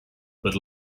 but